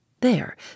There